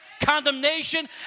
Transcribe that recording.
condemnation